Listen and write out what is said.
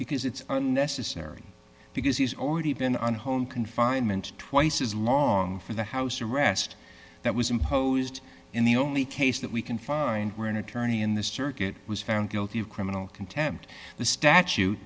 because it's unnecessary because he's already been on home confinement twice as long for the house arrest that was imposed in the only case that we can find where an attorney in the circuit was found guilty of criminal contempt the statu